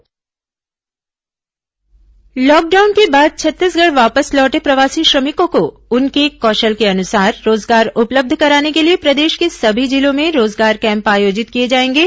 प्रवासी श्रमिक रोजगार कैम्प लॉकडाउन के बाद छत्तीसगढ़ वापस लौटे प्रवासी श्रमिकों को उनके कौशल के अनुसार रोजगार उपलब्ध कराने के लिए प्रदेश के सभी जिलों में रोजगार कैम्प आयोजित किए जाएंगे